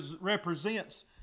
represents